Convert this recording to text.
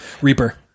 Reaper